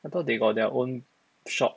I thought they got their own shop